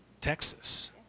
Texas